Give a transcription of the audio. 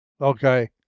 Okay